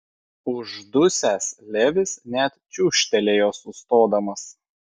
uždusęs levis net čiūžtelėjo sustodamas